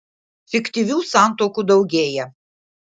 fiktyvių santuokų daugėja